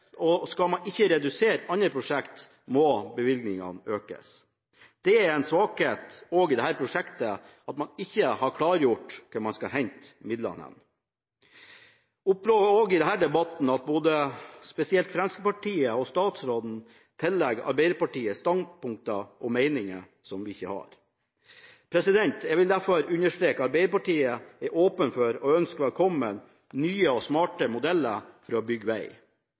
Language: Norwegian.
og skal man ikke redusere andre prosjekter, må bevilgningene økes. Det er en svakhet også ved dette prosjektet at man ikke har klargjort hvor man skal hente midlene. En opplever også i denne debatten at både Fremskrittspartiet og statsråden tillegger Arbeiderpartiet standpunkter og meninger som vi ikke har. Jeg vil derfor understreke at Arbeiderpartiet er åpen for, og ønsker velkommen, nye og smartere modeller for å bygge